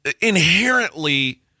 inherently